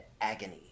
agony